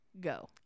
go